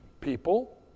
people